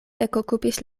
ekokupis